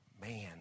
man